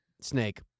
Snake